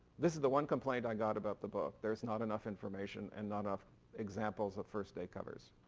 this is the one complaint i got about the book, there's not enough information and not of examples of first day covers.